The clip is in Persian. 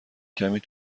کمی